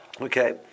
Okay